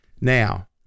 Now